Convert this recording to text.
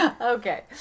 Okay